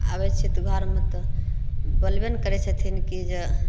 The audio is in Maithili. अबय छियै तऽ घरमे तऽ बोलबे ने करय छथिन की जे